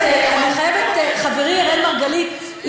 חברי אראל מרגלית,